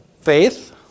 faith